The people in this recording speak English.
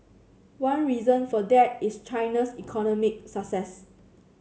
one reason for that is China's economic success